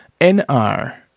NR